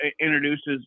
introduces